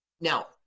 Now